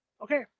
Okay